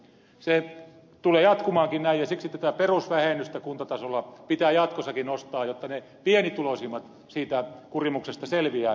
se tulee jatkumaankin näin ja siksi tätä perusvähennystä kuntatasolla pitää jatkossakin nostaa jotta ne pienituloisimmat siitä kurimuksesta selviävät